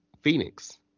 Phoenix